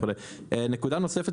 נקודה נוספת,